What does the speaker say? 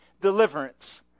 deliverance